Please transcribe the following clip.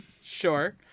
Sure